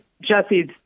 Jesse's